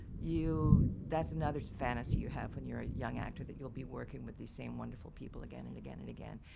you that's another fantasy you have when you're a young actor that you'll be working with these same wonderful people again and again and again.